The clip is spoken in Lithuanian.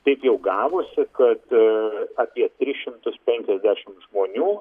taip jau gavosi kad apie tris šimtus penkiasdešimt žmonių